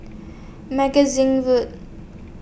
Magazine Road